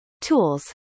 tools